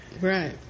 right